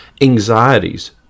anxieties